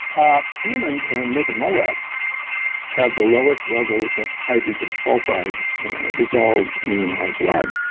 ah humans and naked mole-rats have the lowest levels of hydrogen sulfide dissolved in our blood.